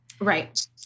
Right